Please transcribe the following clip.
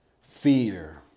fear